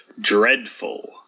dreadful